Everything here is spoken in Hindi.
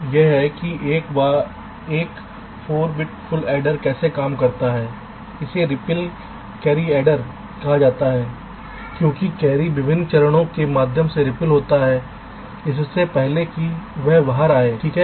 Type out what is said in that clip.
तो यह है कि एक 4 बिट फुल एडर कैसे काम करता है इसे रिपल कैरी एडियर कहा जाता है क्योंकि कैरी विभिन्न चरणों के माध्यम से रिपल होता है इससे पहले कि वह बाहर आए है ठीक है